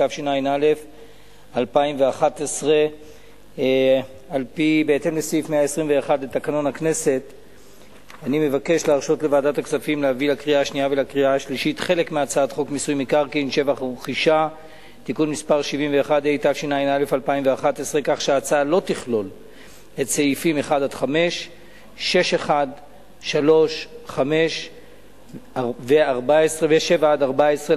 התשע"א 2011. יציג את הצעת ההחלטה יושב-ראש ועדת הכספים,